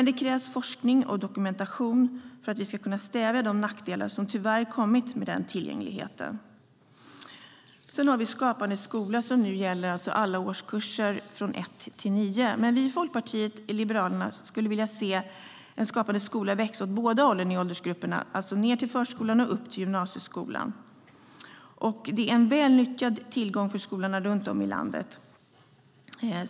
Det krävs dock forskning och dokumentation för att vi ska kunna stävja de nackdelar som tyvärr kommit med tillgängligheten. Skapande skola gäller alla årskurser från 1 till 9. Folkpartiet liberalerna vill gärna se Skapande skola växa åt båda hållen i åldersgrupperna, alltså ned till förskolan och upp till gymnasieskolan. Skapande skola är en väl utnyttjad tillgång för skolorna runt om i landet.